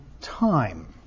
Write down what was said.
time